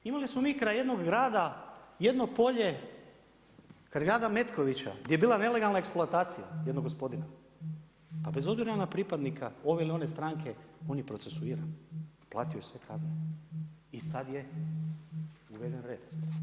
Imali smo kraj jednog grada jedno polje, kraj grada Metkovića gdje je bila nelegalna eksploatacija jednog gospodina, pa bez obzira na pripadnika ove ili one stranke on je procesuiran, platio je sve kazne i sada je uveden red.